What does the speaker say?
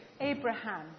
Abraham